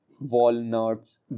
walnuts